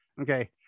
Okay